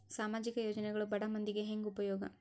ಸಾಮಾಜಿಕ ಯೋಜನೆಗಳು ಬಡ ಮಂದಿಗೆ ಹೆಂಗ್ ಉಪಯೋಗ?